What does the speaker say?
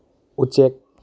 ꯎꯆꯦꯛ